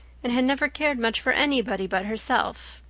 and had never cared much for anybody but herself.